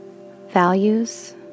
values